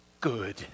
good